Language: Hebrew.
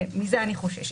מזה אני חוששת.